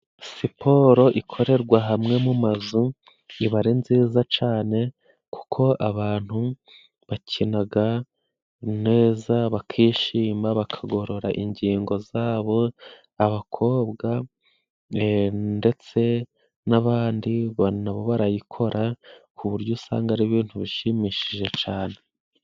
Siporo ikorerwa hamwe mu mazu iba ari nziza cane, kuko abantu bakinaga neza bakishima, bakagorora ingingo zabo. Abakobwa ndetse n'abandi nabo barayikora ku buryo usanga ari ibintu bishimishije cane.